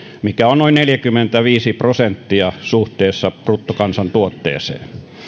mikä on noin neljäkymmentäviisi prosenttia suhteessa bruttokansantuotteeseen